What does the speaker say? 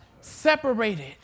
separated